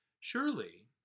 Surely